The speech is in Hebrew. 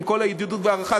עם כל הידידות וההערכה,